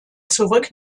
zurück